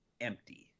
empty